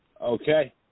Okay